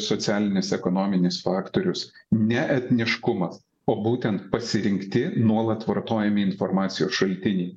socialinis ekonominis faktorius ne etniškumas o būtent pasirinkti nuolat vartojami informacijos šaltiniai